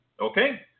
Okay